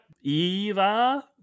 Eva